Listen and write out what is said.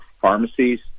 pharmacies